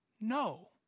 no